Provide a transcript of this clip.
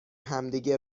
همدیگه